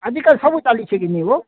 ଆଜିକାଲି ସବୁ ଚାଲିଛି କିନି ହୋ